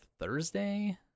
thursday